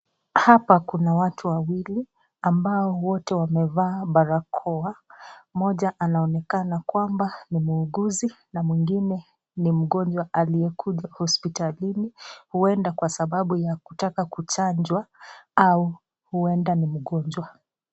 Hapa kuna watu wawili ambao wote wamevaa barakoa. Mmoja anaonekana kwamba ni muuguzi na mwingine ni mgonjwa aliyekuja hospitalini huenda kwa sababu ya kutaka kuchanjwa au huenda ni mgonjwa.